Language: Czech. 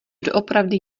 doopravdy